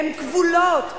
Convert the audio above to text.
הן כבולות.